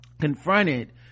confronted